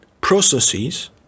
processes